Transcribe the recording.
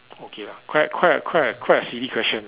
okay lah quite a quite a quite a quite a silly question